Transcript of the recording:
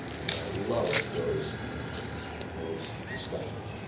and i loved those those discussions.